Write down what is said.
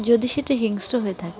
যদি সেটা হিংস্র হয়ে থাকে